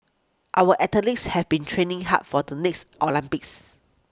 our athletes have been training hard for the next Olympics